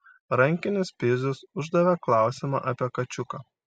rankinis pizius uždavė klausimą apie kačiuką